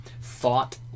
thought